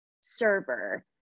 server